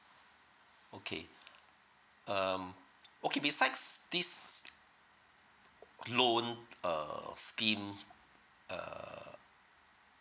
okay um okay besides this loan err scheme uh